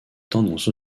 tendance